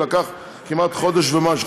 לקח כמעט חודש ומשהו,